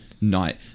night